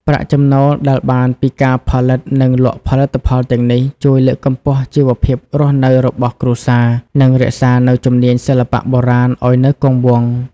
ប្រាក់ចំណូលដែលបានពីការផលិត និងលក់ផលិតផលទាំងនេះ ជួយលើកកម្ពស់ជីវភាពរស់នៅរបស់គ្រួសារ និងរក្សានូវជំនាញសិល្បៈបុរាណឱ្យនៅគង់វង្ស។